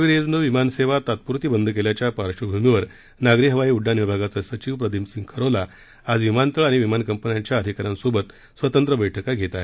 jet एयरवेजनं विमानसेवा तात्पुरती बंद केल्याच्या पार्श्वभूमीवर नागरी हवाई उड्डाण विभागाचे सचिव प्रदीप सिंग खरोला आज विमानतळ आणि विमान कंपन्यांच्या अधिकाऱ्यांसोबत स्वतंत्र बैठक होत आहेत